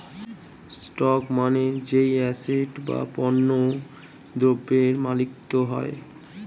stock মানে যেই asset বা পণ্য দ্রব্যের মালিকত্ব হয়